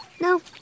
No